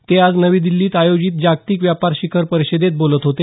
ते आज नवी दिल्लीत आयोजित जगातिक व्यापार शिखर परिषदेत बोलत होते